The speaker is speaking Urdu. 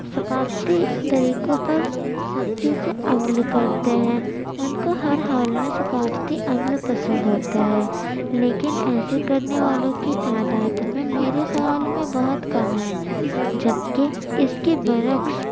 ثقافتی طریقوں پر سختی سے عمل کرتے ہیں ان کو ہر حال میں ثقافتی عمل پسند ہوتا ہے لیکن ایسے کرنے والوں کی تعداد میں میرے خیال میں بہت کم ہیں جب کہ اس کے برعکس